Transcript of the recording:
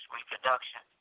reproduction